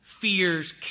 Fears